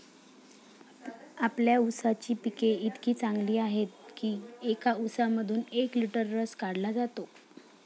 आपल्या ऊसाची पिके इतकी चांगली आहेत की एका ऊसामधून एक लिटर रस काढला जातो